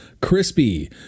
crispy